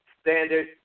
standard